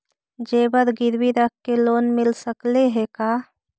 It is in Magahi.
जेबर गिरबी रख के लोन मिल सकले हे का?